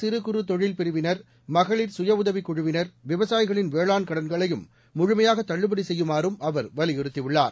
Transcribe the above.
சிறு குறு தொழில் பிரிவினர் மகளிர் சுயஉதவிக் குழுவினர் விவசாயிகளின் வேளாண் கடன்களையும் முழுமையாக தள்ளுபடி செய்யுமாறும் அவர் வலியுறுத்தியுள்ளார்